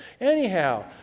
Anyhow